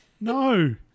No